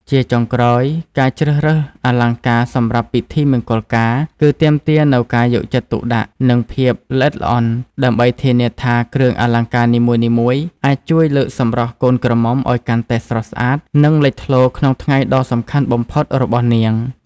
ជាចុងក្រោយ ការជ្រើសរើសអលង្ការសម្រាប់ពិធីមង្គលការ គឺទាមទារនូវការយកចិត្តទុកដាក់ និងភាពល្អិតល្អន់ ដើម្បីធានាថាគ្រឿងអលង្ការនីមួយៗអាចជួយលើកសម្រស់កូនក្រមុំឲ្យកាន់តែស្រស់ស្អាត និងលេចធ្លោក្នុងថ្ងៃដ៏សំខាន់បំផុតរបស់នាង។